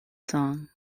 song